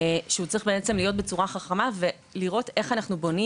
שהוא צריך להיות בצורה חכמה ולראות איך אנחנו בונים